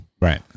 Right